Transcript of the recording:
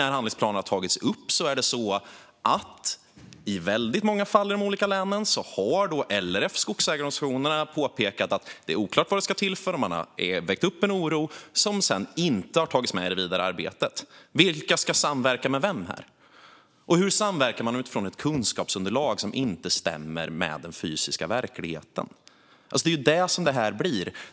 När handlingsplanen tagits upp har det nämligen varit så i väldigt många fall i de olika länen att LRF och skogsägarorganisationerna har påpekat att det är oklart vad den ska tillföra. Man har väckt en oro som man inte tagit med i det vidare arbetet. Vilka ska samverka med vem här? Och hur samverkar man utifrån ett kunskapsunderlag som inte stämmer med den fysiska verkligheten? Det är ju det som det här blir.